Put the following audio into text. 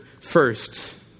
first